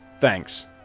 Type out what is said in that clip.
Thanks